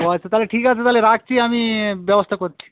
ও আচ্ছা তাহলে ঠিক আছে তাহলে রাখছি আমি ব্যবস্থা করছি